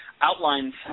Outlines